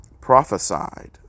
prophesied